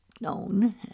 known